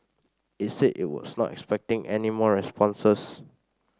it said it was not expecting any more responses